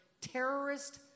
terrorist